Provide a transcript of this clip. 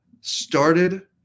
started